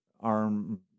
arm